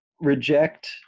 reject